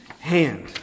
hand